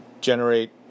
generate